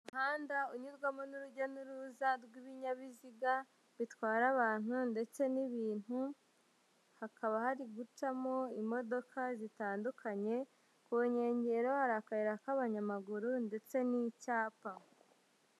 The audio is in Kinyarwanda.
Umuhanda unyurwamo n'urujya n'uruza rw'ibinyabiziga bitwara abantu ndetse n'ibintu, hakaba hari gucamo imodoka zitandukanye, ku nkengero hari akayira k'abanyamaguru ndetse n'icyapa.